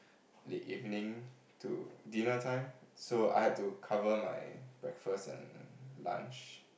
late evening to dinner time so I had to cover my breakfast and lunch